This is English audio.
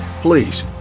Please